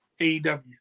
AEW